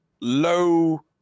low